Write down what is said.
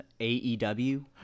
AEW